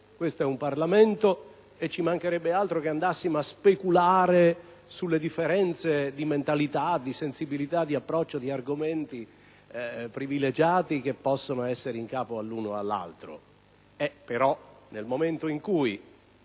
Questo è un Parlamento, e ci mancherebbe altro che andassimo a speculare sulle differenze di mentalità e sulle diverse sensibilità nell'approccio ad argomenti privilegiati che possono essere in capo all'uno o all'altro.